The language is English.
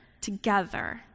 together